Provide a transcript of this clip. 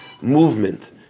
movement